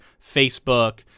Facebook